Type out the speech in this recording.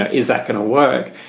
ah is that going to work?